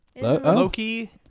Loki